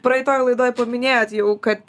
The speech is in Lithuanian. praeitoj laidoj paminėjot jau kad